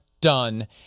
done